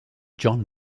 john